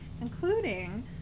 including